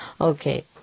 okay